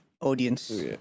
audience